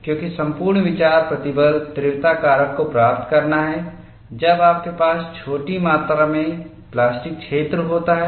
क्योंकि संपूर्ण विचार प्रतिबल तीव्रता कारक को प्राप्त करना है जब आपके पास छोटी मात्रा में प्लास्टिक क्षेत्र होता है